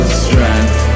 strength